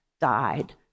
died